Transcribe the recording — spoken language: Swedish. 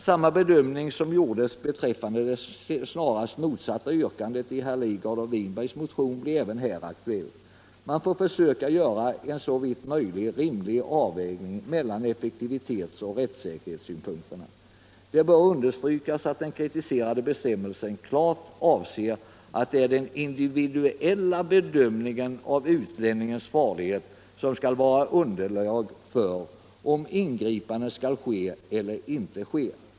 Samma bedömning som gjordes beträffande det snarast motsatta yrkandet i herr Lidgards och herr Winbergs motion blir även här aktuell. Man får försöka göra en såvitt möjligt rimlig avvägning mellan effektivitetsoch rättssäkerhetssynpunkter. Det bör understrykas att den kritiserade bestämmelsen klart avser att det är den individuella bedömningen av utlänningens farlighet som skall vara underlag för om ingripande skall ske eller inte.